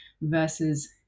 versus